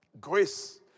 grace